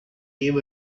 gave